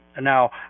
Now